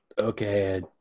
Okay